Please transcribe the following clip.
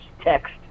text